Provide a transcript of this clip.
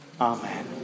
Amen